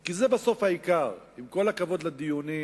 כי זה בסוף העיקר: עם כל הכבוד לדיונים